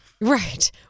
Right